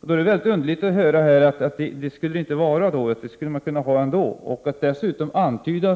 Det är underligt att höra här att det inte skulle vara något handelshinder. Statsrådet antyder